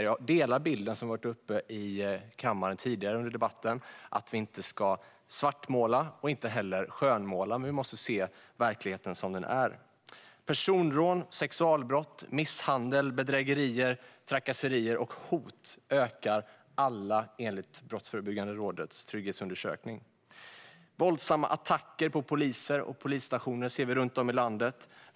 Jag delar den bild som har kommit upp tidigare i debatten i kammaren, nämligen att vi inte ska svartmåla och inte heller skönmåla - men vi måste se verkligheten som den är. Personrån, sexualbrott, misshandel, bedrägerier, trakasserier och hot ökar, enligt Brottsförebyggande rådets trygghetsundersökning. Vi ser våldsamma attacker på poliser och polisstationer runt om i landet.